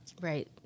Right